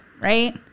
right